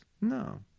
No